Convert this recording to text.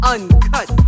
Uncut